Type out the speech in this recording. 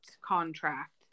contract